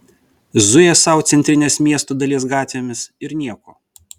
zuja sau centrinės miesto dalies gatvėmis ir nieko